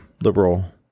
liberal